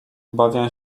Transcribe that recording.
obawiam